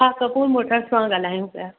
हा कपूर मोटर्स मां ॻाल्हायूं पिया